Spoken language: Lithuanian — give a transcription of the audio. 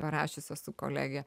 parašiusios su kolege